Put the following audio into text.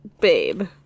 babe